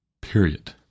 Period